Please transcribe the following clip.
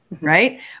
Right